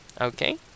Okay